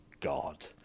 God